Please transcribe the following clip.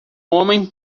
homem